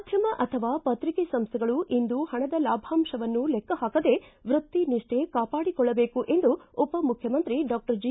ಮಾಧ್ಯಮ ಅಥವಾ ಪತ್ರಿಕೆ ಸಂಸ್ಥೆಗಳು ಇಂದು ಹಣದ ಲಾಭಾಂಶವನ್ನು ಲೆಕ್ಕ ಹಾಕದೇ ವೃತ್ತಿ ನಿಷ್ಠೆ ಕಾಪಾಡಿಕೊಳ್ಳಬೇಕು ಎಂದು ಉಪಮುಖ್ಯಮಂತ್ರಿ ಡಾಕ್ಷರ್ ಜಿ